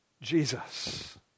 Jesus